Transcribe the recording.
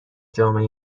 جامعه